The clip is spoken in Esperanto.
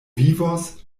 vivos